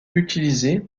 utilisés